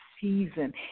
season